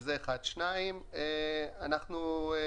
דבר שני,